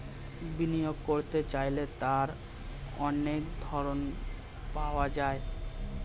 বিনিয়োগ করতে চাইলে তার অনেক ধরন পাওয়া যায়